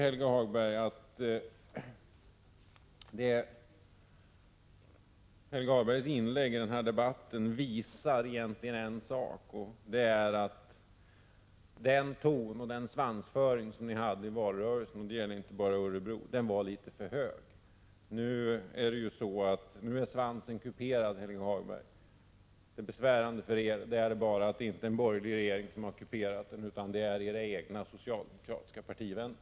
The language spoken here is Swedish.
Helge Hagbergs inlägg i denna debatt visar en sak, nämligen att den ton och den svansföring som socialdemokraterna hade i valrörelsen — det gäller inte bara i Örebro - var litet för hög. Nu är svansen kuperad, Helge Hagberg. Det besvärande för er är emellertid att det inte är en borgerlig regering som har kuperat den, utan det är era egna socialdemokratiska partivänner.